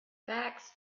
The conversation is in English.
facts